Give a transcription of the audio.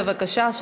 בבקשה,